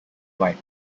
white